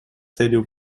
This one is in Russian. целью